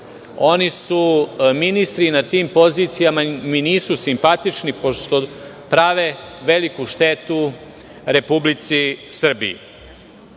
oni su ministri i na tim pozicijama mi nisu simpatični pošto prave veliku štetu Republici Srbiji.